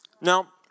Now